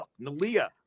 Nalia